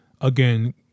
again